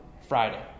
Friday